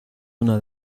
una